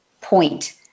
point